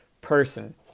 person